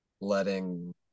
letting